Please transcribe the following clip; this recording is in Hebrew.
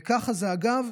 וככה זה, אגב,